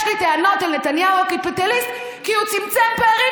יש לי טענות לנתניהו הקפיטליסט כי הוא צמצם פערים,